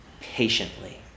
patiently